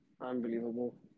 Unbelievable